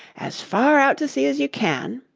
as far out to sea as you can